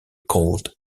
called